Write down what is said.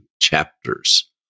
chapters